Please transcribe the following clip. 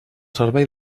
servei